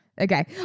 Okay